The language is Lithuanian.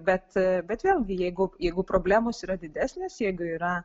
bet bet vėlgi jeigu jeigu problemos yra didesnės jeigu yra